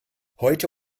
heute